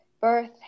birth